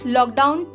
Lockdown